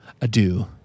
adieu